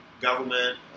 government